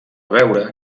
veure